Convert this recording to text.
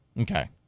Okay